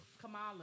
Kamala